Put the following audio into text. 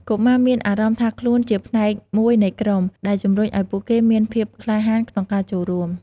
កុមារមានអារម្មណ៍ថាខ្លួនជាផ្នែកមួយនៃក្រុម ដែលជំរុញឲ្យពួកគេមានភាពក្លាហានក្នុងការចូលរួម។